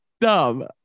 dumb